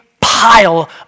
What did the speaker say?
pile